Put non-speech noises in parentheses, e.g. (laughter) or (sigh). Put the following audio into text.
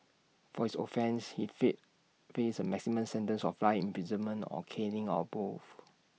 for his offence he (unintelligible) faced A maximum sentence of life imprisonment or caning or both